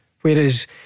Whereas